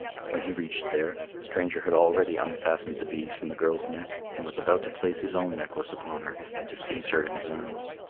when he reached there, the stranger had already unfastened the beads from the girl's neck and was about to place his own necklace upon her and to seize her in his arms.